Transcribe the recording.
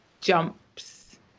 jumps